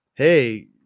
hey